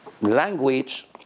Language